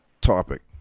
topic